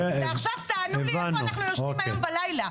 ועכשיו תענו לי איפה אנחנו ישנים היום בלילה.